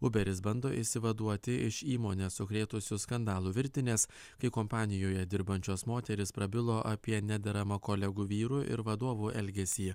uberis bando išsivaduoti iš įmonę sukrėtusių skandalų virtinės kai kompanijoje dirbančios moterys prabilo apie nederamą kolegų vyrų ir vadovų elgesį